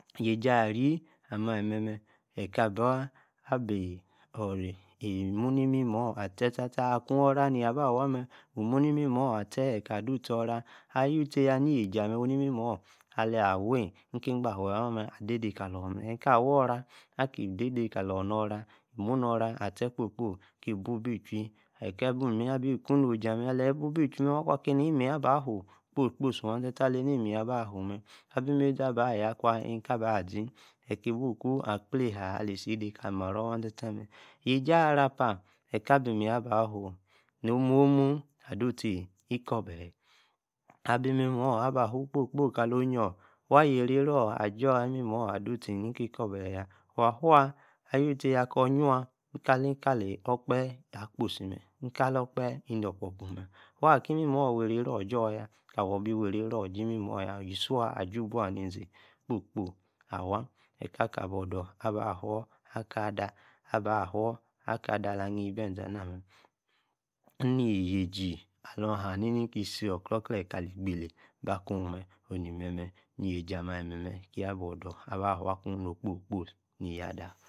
Yeji arri, ali-mer-mer, eyei kaba, abi imoni-mimo-astitatar, aku, ora neyi aba war mer eyi ka dusti Ora, aywi-stya, yaji-ama, ni-mimor ala wik-ike-inyafe-waustasta mer, adede- kalimaros, esti-awa-ora, ade kalor nora imonora astí kator, imonora asti kiposi-kposi eyi ki buo-bi ichoti, osi amer alayi buo-ebi ichwi mer, yimeyin- abafuu kposi kposi waan alani awaa meyin-abafun, waa-abi mazii abag-yaa-akwar, kaa-ba-zi, ki buo kuu akpleleha alasi kalí-marron waan-Sta-sta mer, yeji arrapa, eyi-ka bi meryin- abaatuu, nо-mumu adosti-ikobakei, orkaa-bi miywi aba whoo kposi, kposí Kali-oyio-waa yai-ar aji-miywi ado-sti ikobabei, kor-yaar kali-okphe akposi mer, kali akpsi mer, waa-haa agii imemor werray wererar for yaa, kan awo-bi wereror ji mámor yaa, yi swaa ajwi-ibwi-nizi xposi kposi awaa eyi ka a ka-bodor aba-faor aka-ada, aba-foor- zda ala, agi-ebeze-anaa mer, yasi alu-ahanini, ni-ki sor, oclem kali aba kuu-me onu ni mer-mer, aki aba odor aba fun kun kposi kposí, niyi ada